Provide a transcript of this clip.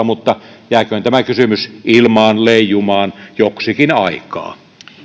mutta jääköön tämä kysymys ilmaan leijumaan joksikin aikaa